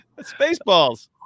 Spaceballs